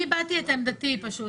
אני הבעתי את עמדתי פשוט.